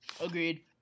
Agreed